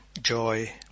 joy